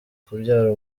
kubyara